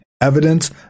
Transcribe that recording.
Evidence